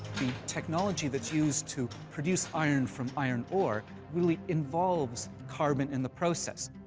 the technology that's used to produce iron from iron ore really involves carbon in the process.